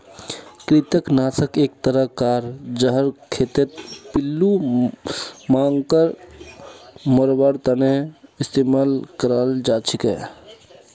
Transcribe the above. कृंतक नाशक एक तरह कार जहर खेतत पिल्लू मांकड़ मरवार तने इस्तेमाल कराल जाछेक